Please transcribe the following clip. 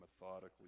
methodically